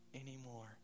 anymore